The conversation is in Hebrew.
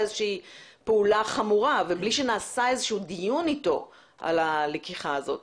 איזושהי פעולה חמורה ובלי שנעשה איזשהו דיון אתו לגבי הלקיחה הזאת.